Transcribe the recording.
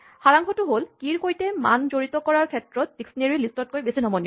সাৰাংশটো হ'ল কীচাবিৰ সৈতে মান জড়িত কৰাৰ ক্ষেত্ৰত ডিস্কনেৰীঅভিধান লিষ্টতকৈ বেছি নমনীয়